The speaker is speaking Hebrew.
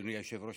אדוני היושב-ראש,